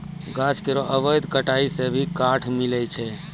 गाछ केरो अवैध कटाई सें भी काठ मिलय छै